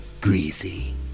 Greasy